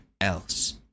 else